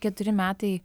keturi metai